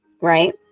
Right